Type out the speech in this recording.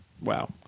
Wow